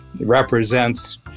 represents